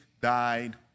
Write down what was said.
died